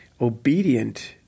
obedient